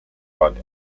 warnt